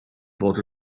fod